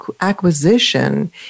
acquisition